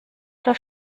oder